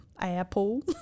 Apple